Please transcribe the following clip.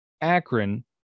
Akron